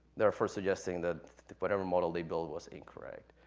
therefore suggesting that whatever model they built was incorrect.